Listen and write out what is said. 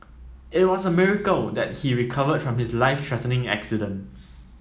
it was a miracle that he recovered from his life threatening accident